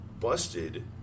busted